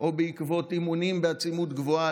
או בעקבות אימונים בעצימות גבוהה